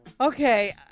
Okay